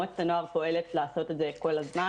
מועצת הנוער פועלת לעשות את זה כל הזמן.